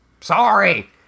Sorry